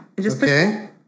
Okay